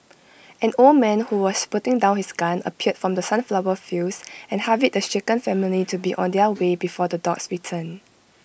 an old man who was putting down his gun appeared from the sunflower fields and hurried the shaken family to be on their way before the dogs return